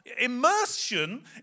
immersion